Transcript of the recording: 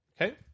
Okay